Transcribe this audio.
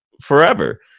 forever